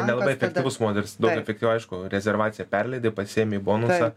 nelabai efektyvus modelis daug efektyviau aišku rezervaciją perleidai pasiėmei bonusą